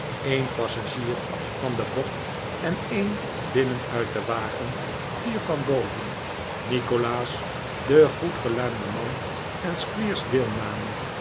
een passagier van den bok en een binnen uit den wagen vier van boven nikolaas de goedgeluim de man en squeers deelnamen